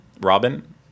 Robin